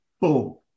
Boom